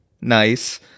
nice